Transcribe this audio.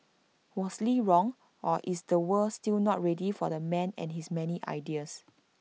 was lee wrong or is the world still not ready for the man and his many ideas